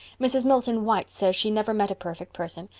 mrs. milton white says she never met a perfect person,